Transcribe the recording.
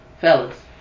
fellas